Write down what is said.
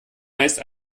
meist